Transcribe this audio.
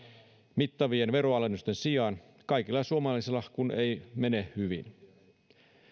mittavien veronalennusten sijaan kaikilla suomalaisilla kun ei mene hyvin